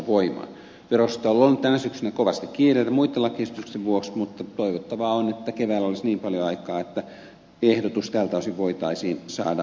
vero osastolla on ollut tänä syksynä kovasti kiireitä muitten lakiesitysten vuoksi mutta toivottavaa on että keväällä olisi niin paljon aikaa että ehdotus tältä osin voitaisiin saada valmiiksi